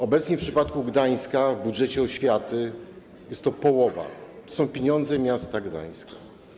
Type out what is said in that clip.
Obecnie w przypadku Gdańska w budżecie oświaty jest to połowa, to są pieniądze miasta Gdańska.